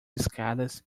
escadas